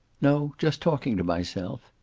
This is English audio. no. just talking to myself.